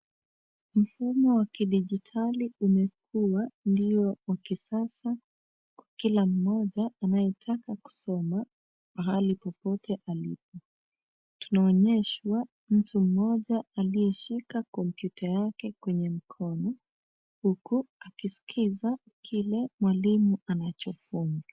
Mfumo wa kidigitali umekuwa ndio wakisasa, sasa kila mmoja anayetaka kusoma, pahali popote alipo. Tunaonyeshwa mtu mmoja aliyeshika komputa yake kwenye mkono, huku akiskiza kile mwalimu anachofunza.